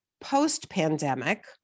post-pandemic